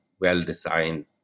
well-designed